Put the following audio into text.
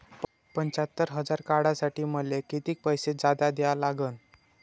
पंच्यात्तर हजार काढासाठी मले कितीक पैसे जादा द्या लागन?